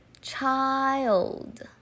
Child